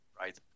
right